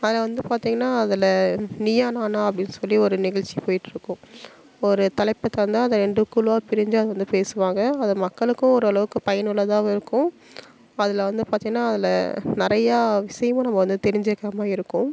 அதில் வந்து பார்த்திங்கன்னா அதில் நீயா நானா அப்படின்னு சொல்லி ஒரு நிகழ்ச்சி போயிட்டுருக்கும் ஒரு தலைப்பு தந்தா அதை ரெண்டு குழுவா பிரிஞ்சு அங்கே வந்து பேசுவாங்க அது மக்களுக்கும் ஓரளவுக்கு பயனுள்ளதாகவும் இருக்கும் அதில் வந்து பார்த்தினா அதில் நிறையா விஷயமும் நம்ம வந்து தெரிஞ்சுக்கிறமாதிரி இருக்கும்